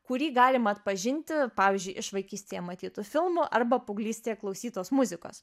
kurį galima atpažinti pavyzdžiui iš vaikystėje matytų filmų arba paauglystėje klausytos muzikos